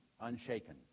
unshaken